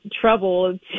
trouble